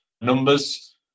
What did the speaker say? numbers